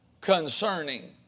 concerning